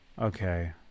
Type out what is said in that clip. Okay